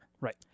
Right